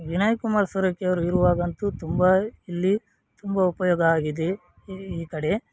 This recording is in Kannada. ವಿನಯ್ ಕುಮಾರ್ ಸೊರಕೆಯವ್ರು ಇರುವಾಗಂತೂ ತುಂಬ ಇಲ್ಲಿ ತುಂಬ ಉಪಯೋಗ ಆಗಿದೆ ಈ ಈ ಕಡೆ